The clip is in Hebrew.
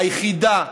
היחידה,